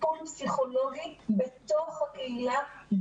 טיפול פסיכולוגי בתוך הקהילה,